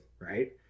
right